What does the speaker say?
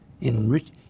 enrich